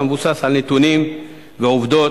המבוסס על נתונים ועובדות.